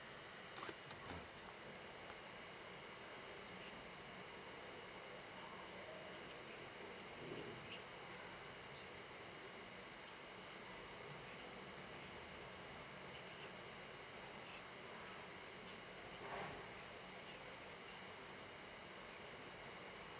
mm